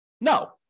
No